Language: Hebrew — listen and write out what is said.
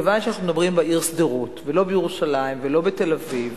מכיוון שאנחנו מדברים בעיר שדרות ולא בירושלים ולא בתל-אביב,